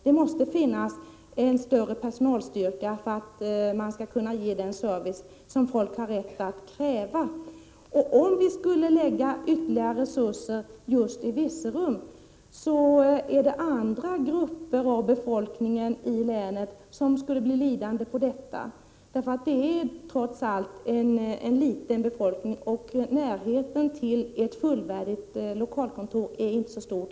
Det måste finnas en större personalstyrka för att man skall kunna ge den service folk har rätt att kräva. Om vi lade ytterligare resurser just på lokalkontoret i Virserum, skulle andra grupper av befolkningen i länet bli lidande. Det är trots allt fråga om en liten befolkning, och avståndet till ett fullvärdigt lokalkontor är inte så stort.